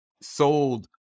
sold